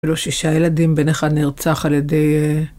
ולא שישה ילדים, בן אחד נרצח על ידי...